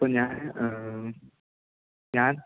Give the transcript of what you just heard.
അപ്പോള് ഞാൻ ഞാൻ